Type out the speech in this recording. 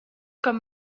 comme